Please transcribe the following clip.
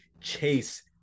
chase